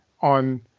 on